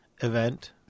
event